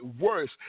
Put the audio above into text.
worse